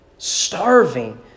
Starving